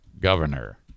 governor